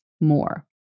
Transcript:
more